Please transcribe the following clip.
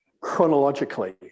chronologically